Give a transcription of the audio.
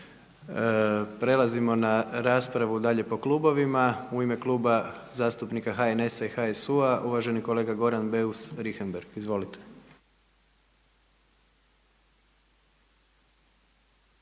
Prelazimo na raspravu dalje po klubovima. U ime Kluba zastupnika HNS-a i HSU-a uvaženi kolega Goran Beus-Richembergh.